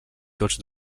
tots